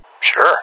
sure